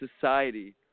society